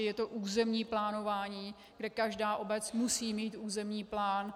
Je to územní plánování, kde každá obec musí mít územní plán.